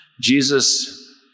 Jesus